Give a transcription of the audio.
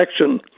Action